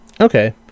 Okay